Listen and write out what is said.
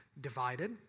Divided